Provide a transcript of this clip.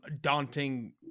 daunting